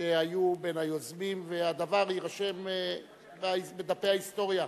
שהיו בין היוזמים, והדבר יירשם בדפי ההיסטוריה.